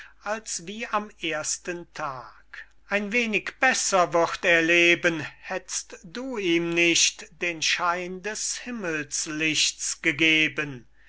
als wie am ersten tag ein wenig besser würd er leben hättst du ihm nicht den schein des himmelslichts gegeben